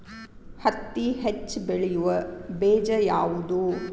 ಹತ್ತಿ ಹೆಚ್ಚ ಬೆಳೆಯುವ ಬೇಜ ಯಾವುದು?